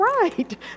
right